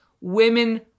women